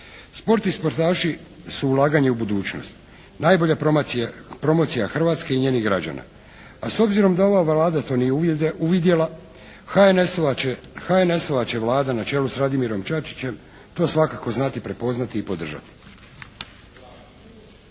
Sport i sportaši su ulaganje u budućnost, najbolja promocija Hrvatske i njenih građana. A s obzirom da to ova Vlada nije uvidjela, HNS-ova će Vlada na čelu s Radimirom Čačićem to svakako znati prepoznati i podržati.